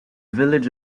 village